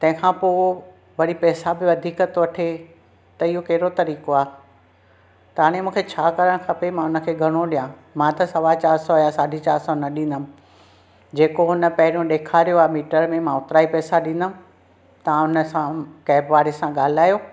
तंहिं खां पोइ वरी पैसा बि वधीक पियो थो वठे त इहो कहिड़ो तरीक़ो आहे त हाणे मूंखे छा करणु खपे मां उन खे घणो ॾियां मां त सवा चार सौ या साढे चार सौ न ॾींदमि जेको उन पहिरियों ॾेखारियो आ मिटर में मां ओतिरा ई पैसा ॾींदमि तां हुन सां कैब वारे सां ॻाल्हायो